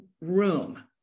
room